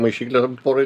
maišyklė porai